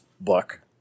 book